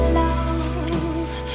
love